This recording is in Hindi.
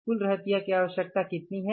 कुल रहतिया की आवश्यकता कितनी है